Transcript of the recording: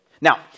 Now